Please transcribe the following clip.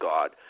God